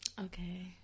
Okay